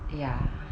ya